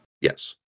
Yes